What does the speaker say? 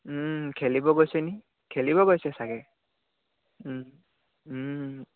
খেলিব গৈছে নি খেলিব গৈছে চাগে